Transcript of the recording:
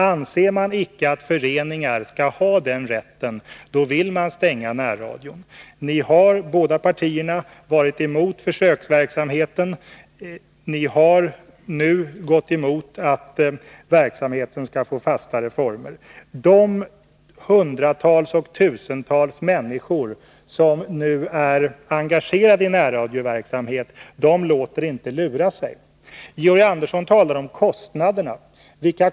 Anser man icke att föreningar skall ha den rätten, då vill man stänga närradion. Både socialdemokraterna och kommunisterna har varit emot försöksverksamheten. De har gått emot förslaget att verksamheten skall få fastare former. De hundratals och tusentals människor som nu är engagerade i närradioverksamheten låter sig inte luras. Georg Andersson talar om kostnader.